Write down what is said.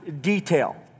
detail